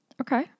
Okay